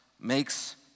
makes